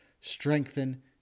strengthen